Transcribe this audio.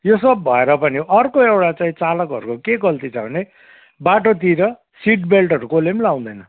त्यो सब भएर पनि अर्को एउटा चाहिँ चालकहरूको के गल्ती छ भने बाटोतिर सिटबेल्टहरू कसैले पनि लाउँदैन